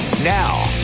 Now